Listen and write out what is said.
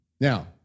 Now